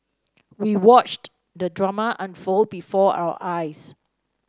we watched the drama unfold before our eyes